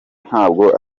ntabwo